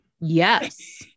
Yes